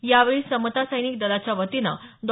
यावेळी समता सैनिक दलाच्या वतीनं डॉ